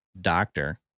doctor